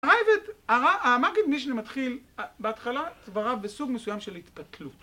המגיד... אה... המגיד משנה מתחיל בהתחלה את דבריו בסוג מסוים של התפתלות